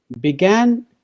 began